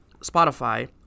Spotify